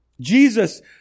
Jesus